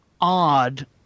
odd